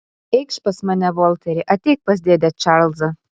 eikš pas mane volteri ateik pas dėdę čarlzą